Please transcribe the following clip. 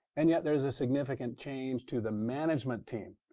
and yet there is a significant change to the management team.